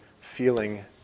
feeling